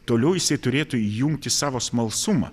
toliau jisai turėtų įjungti savo smalsumą